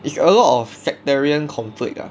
it's a lot of sectarian conflict lah